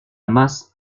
masse